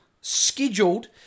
Scheduled